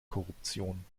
korruption